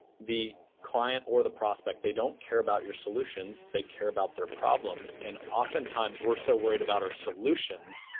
the client or the prospect they don't care about your solutions. they care about their problems. and oftentimes we're so worried about our solutions,